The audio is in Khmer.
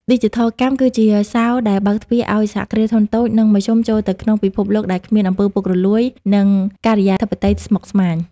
ឌីជីថលកម្មគឺជា "សោរ" ដែលបើកទ្វារឱ្យ សហគ្រាសធុនតូច និងមធ្យម ចូលទៅក្នុងពិភពលោកដែលគ្មាន អំពើពុករលួយ និងការិយាធិបតេយ្យស្មុគស្មាញ។